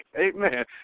Amen